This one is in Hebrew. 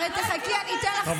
תחכי, אני אתן לך סשן שלם.